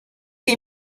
che